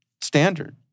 standard